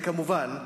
וכמובן,